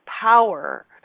power